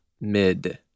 mid